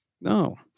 no